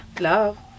love